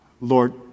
Lord